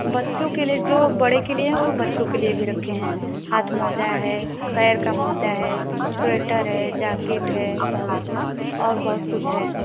बच्चों के लिए जो बड़े के लिए है वह बच्चों के लिए भी रखे हैं हाथ मोजा है पैर का मोजा है स्वेटर है जाकिट है और बहुत कुछ है